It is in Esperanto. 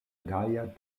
gaja